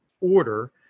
order